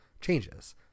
changes